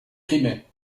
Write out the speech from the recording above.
crimée